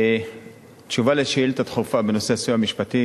תשובה על שאילתא דחופה בנושא: סיוע משפטי